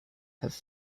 have